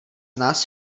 nás